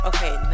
Okay